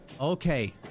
Okay